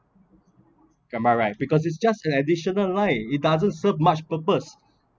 am I right because it's just an additional line it doesn't serve much purpose